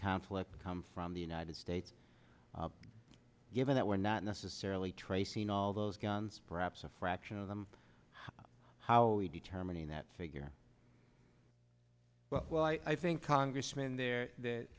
conflict come from the united states given that we're not necessarily tracing all those guns perhaps a fraction of them how we determining that figure well well i think congressman there